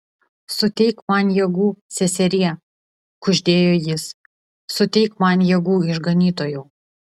suteik man jėgų seserie kuždėjo jis suteik man jėgų išganytojau